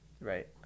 Right